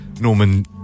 Norman